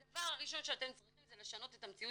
הדבר הראשון שאתם צריכים זה לשנות את המציאות